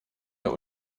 der